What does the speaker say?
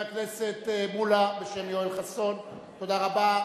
חבר הכנסת מולה, בשם יואל חסון, תודה רבה.